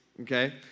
okay